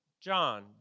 John